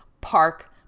park